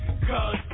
Cause